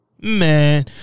Man